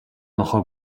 нохой